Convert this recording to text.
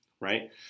right